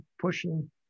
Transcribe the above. pushing